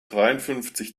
dreiundfünfzig